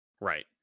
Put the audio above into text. right